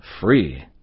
free